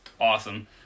awesome